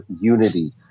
unity